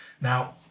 Now